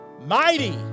Mighty